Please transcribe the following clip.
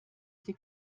sie